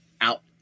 out